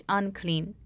unclean